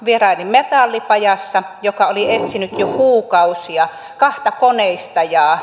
vierailin metallipajassa joka oli etsinyt jo kuukausia kahta koneistajaa